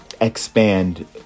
expand